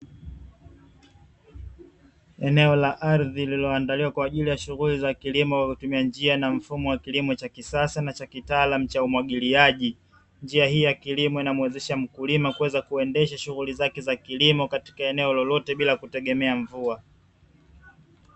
Eneo la ardhi lililoandaliwa kwa ajili ya shughuli za kilimo kwa kutumia njia na mfumo wa kilimo cha kisasa na cha kitaalamu cha umwagiliaji. Njia hii ya kilimo, inamuwezesha mkulima kuweza kuendesha shughuli zake za kilimo katika eneo lolote, bila kutegemea mvua.